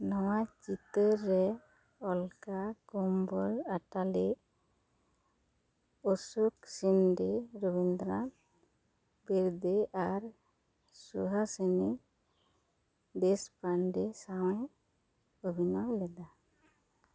ᱱᱚᱶᱟ ᱪᱤᱛᱟᱹᱛ ᱨᱮ ᱚᱞᱠᱟ ᱠᱚᱢᱵᱚᱞ ᱟᱴᱟᱞᱮ ᱚᱥᱳᱠ ᱥᱤᱱᱰᱤ ᱨᱚᱵᱤᱱᱫᱨᱚ ᱵᱮᱨᱫᱮ ᱟᱨ ᱥᱩᱦᱟᱥᱤᱱᱤ ᱫᱮᱥᱯᱟᱱᱰᱮ ᱥᱟᱶ ᱮ ᱚᱵᱷᱤᱱᱚᱭ ᱞᱮᱫᱟ